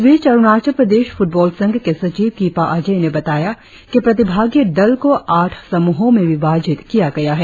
इस बीच अरुणाचल प्रदेश फुटबॉल संघ के सचिव किपा अजय ने बताया कि प्रतिभागी दल को आठ समूहो में विभाजित किया गया है